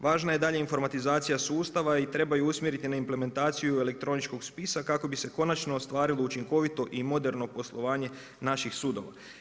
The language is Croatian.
Važna je dalje informatizacija sustava i treba je usmjeriti na implementaciju elektroničkog spisa kako bi se konačno ostvarilo učinkovito i moderno poslovanje naših sudova.